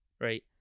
right